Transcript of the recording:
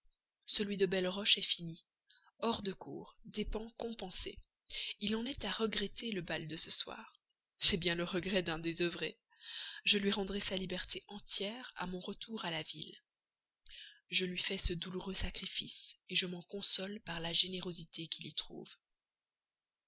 celui de belleroche est fini hors de cour dépens compensés il en est à regretter le bal de ce soir c'est bien le regret d'un désœuvré je lui rendrai sa liberté entière à mon retour à la ville je lui fais ce douloureux sacrifice je m'en console par la générosité qu'il y trouve